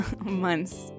months